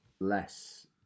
less